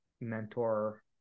mentor